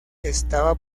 estaba